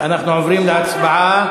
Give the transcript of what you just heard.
אנחנו עוברים להצבעה.